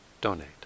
donate